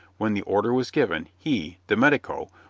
when the order was given, he, the medico,